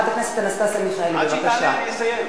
אני מציע לך הצעה.